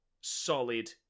solid